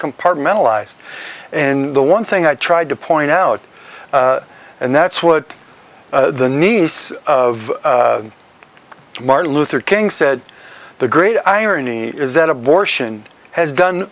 compartmentalise in the one thing i tried to point out and that's what the nice of martin luther king said the great irony is that abortion has done